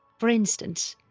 for instance,